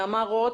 נעמה רוט,